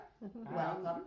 Welcome